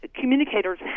communicators